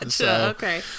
okay